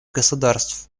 государств